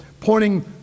pointing